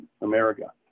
America